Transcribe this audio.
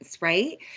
right